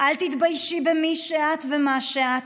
אל תתביישי במי שאת ובמה שאת,